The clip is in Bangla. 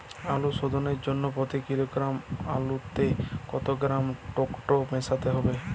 আলু শোধনের জন্য প্রতি কিলোগ্রাম আলুতে কত গ্রাম টেকটো মেশাতে হবে?